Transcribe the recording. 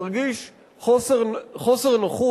מרגיש חוסר נוחות,